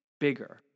bigger